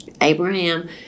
Abraham